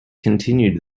continued